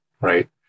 right